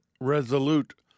resolute